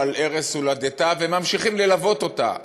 על ערש הולדתה וממשיכים ללוות אותה,